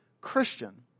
Christian